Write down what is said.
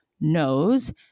knows